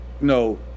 no